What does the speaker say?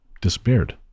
disappeared